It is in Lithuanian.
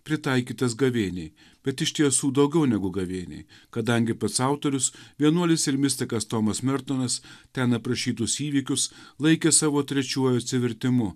pritaikytas gavėniai bet iš tiesų daugiau negu gavėniai kadangi pats autorius vienuolis ir mistikas tomas mertonas ten aprašytus įvykius laikė savo trečiuoju atsivertimu